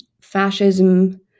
fascism